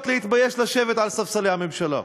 מאוד להתבייש לשבת על ספסלי הממשלה.